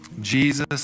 Jesus